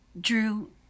Drew